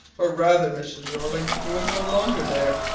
or rather, mr. jeorling, he was no longer there.